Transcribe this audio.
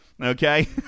Okay